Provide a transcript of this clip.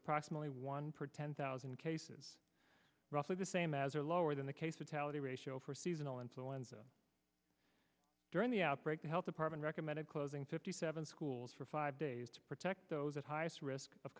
approximately one per ten thousand cases roughly the same as or lower than the case a tallit ratio for seasonal influenza during the outbreak the health department recommended closing fifty seven schools for five days to protect those at highest risk of